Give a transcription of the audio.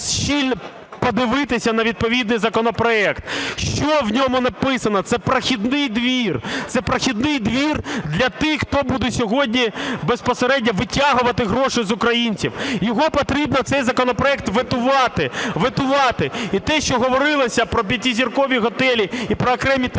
щільно подивитися на відповідний законопроект, що в ньому написано. Це прохідний двір. Це прохідний двір для тих, хто буде сьогодні безпосередньо витягувати гроші з українців. Його потрібно, цей законопроект, ветувати. Ветувати! І те, що говорилося про п'ятизіркові готелі і про окремі території,